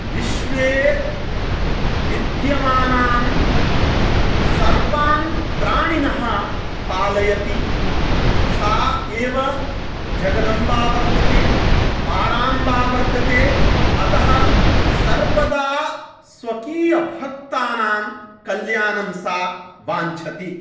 विश्वे विद्यमानान् सर्वान् प्राणिनः पालयति सा एव जगदम्बा वर्तते पराम्बा वर्तते अतः सर्वदा स्वकीयभक्तानां कल्याणं सा वाञ्छति